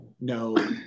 No